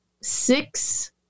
six